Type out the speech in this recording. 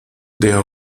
der